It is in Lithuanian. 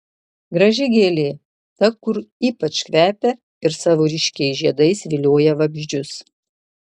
graži gėlė ta kur ypač kvepia ir savo ryškiais žiedais vilioja vabzdžius